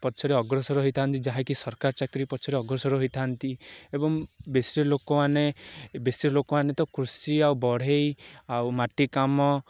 ପଛରେ ଅଗ୍ରସର ହୋଇଥାନ୍ତି ଯାହାକି ସରକାରୀ ଚାକିରି ପଛରେ ଅଗ୍ରସର ହୋଇଥାନ୍ତି ଏବଂ ବେଶୀରେ ଲୋକମାନେ ବେଶୀ ଲୋକମାନେ ତ କୃଷି ଆଉ ବଢ଼େଇ ଆଉ ମାଟି କାମ